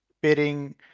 bidding